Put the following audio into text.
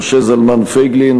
משה זלמן פייגלין,